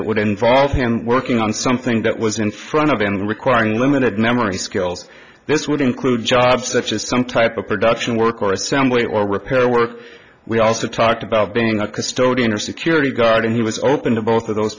that would involve him working on something that was in front of me and requiring limited memory skills this would include jobs such as some type of production work or assembly or repair work we also talked about being a custodian or security guard and he was open to both of those